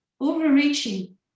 overreaching